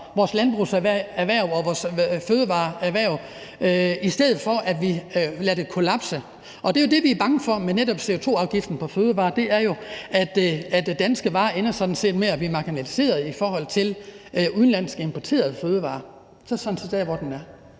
vores landbrugserhverv og vores fødevareerhverv, i stedet for at vi lader det kollapse. Og det er jo det, vi er bange for med netop CO2-afgiften på fødevarer, altså at danske varer sådan set ender med at blive marginaliseret i forhold til udenlandske, importerede fødevarer. Så det er sådan set der, den er.